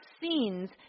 scenes